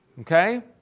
Okay